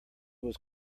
was